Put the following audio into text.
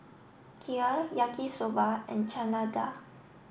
kheer Yaki Soba and Chana Dal